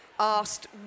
asked